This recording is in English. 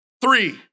Three